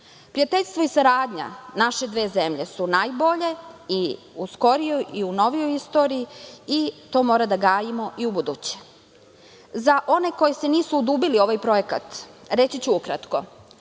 Prijateljstvo i saradnja naše dve zemlje su najbolje i u skorijoj i u novijoj istoriji i to moramo da gajimo i u buduće.Za one koji se nisu udubili u ovaj projekat reći ću ukratko.